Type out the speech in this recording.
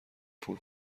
پول